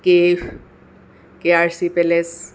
K F K R C palace